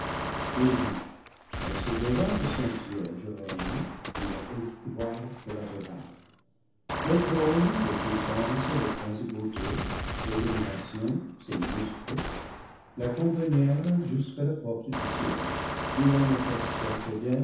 il dit et se leva de son siége rayonnant d'une haute gloire collatérale les trônes les puissances les principautés les dominations ses ministres l'accompagnèrent jusqu'à la porte du ciel d'où l'on aperçoit